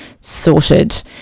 sorted